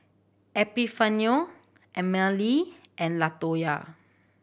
Epifanio Emmalee and Latoya